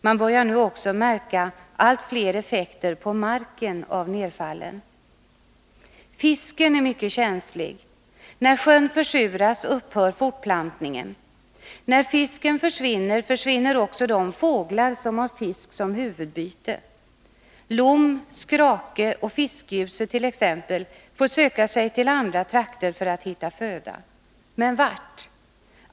Man börjar nu också märka allt fler effekter på marken av nedfallen. Fisken är mycket känslig. När sjön försuras upphör fortplantningen. När fisken försvinner, så försvinner också de fåglar som har fisk som huvudbyte. T. ex. lom, skrake och fiskgjuse får söka sig till andra trakter för att hitta föda. Men vart?